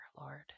Lord